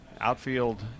Outfield